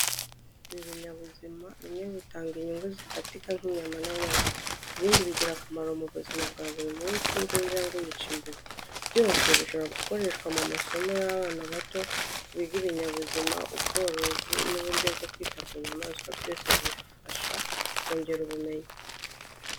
Ibi binyabuzima bimwe bitanga inyungu zifatika nk’inyama n'amagi. Ibindi bigira akamaro mu buzima bwa buri munsi nk’injangwe yica imbeba. Byose bishobora gukoreshwa mu masomo y’abana bato biga ibinyabuzima, ubworozi, n'uburyo bwo kwita ku nyamaswa byose bifasha kongera ubumenyi.